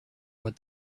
what